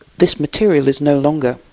this material is no longer,